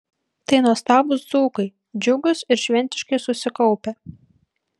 tai nuostabūs dzūkai džiugūs ir šventiškai susikaupę